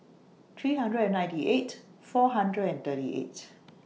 three hundred and ninety eight four hundred and thirty eight